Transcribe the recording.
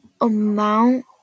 amount